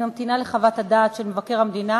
אני ממתינה לחוות הדעת של מבקר המדינה